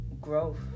growth